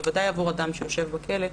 בוודאי עבור אדם שיושב בכלא,